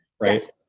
right